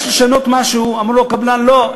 שאומר כשהוא ביקש לשנות משהו אמר לו הקבלן: לא,